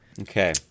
Okay